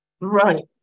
Right